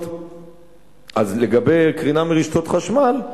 אז לגבי קרינה מרשתות חשמל,